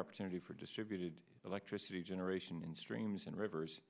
opportunity for distributed electricity generation in streams and rivers